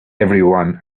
everyone